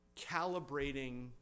calibrating